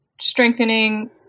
strengthening